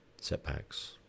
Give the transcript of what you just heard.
setbacks